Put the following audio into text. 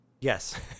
Yes